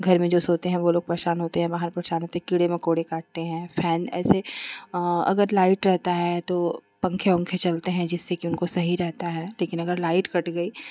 घर में जो लोग सोते हैं वह परेशान होते है बाहर में जो सोते हैं वह परेशान होते हैं कीड़े मकोड़े काटते हैं फैन ऐसे अगर लाईट रहता है तो पंखे उंखे चलते हैं जिससे कि उनको सही रहता है लेकिन अगर लाईट कट गई